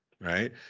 right